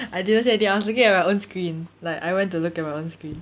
I didn't see anything I was looking at my own screen like I went to look at my own screen